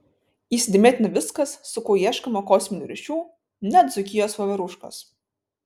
įsidėmėtina viskas su kuo ieškoma kosminių ryšių net dzūkijos voveruškos